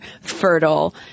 fertile